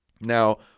Now